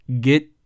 get